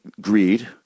greed